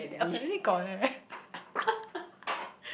I don't think got eh